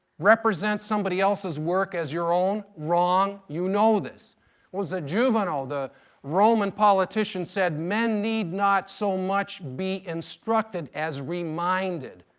represent somebody else's work as your own wrong. you know this. it was juvenal, the roman politician, said men need not so much be instructed as reminded.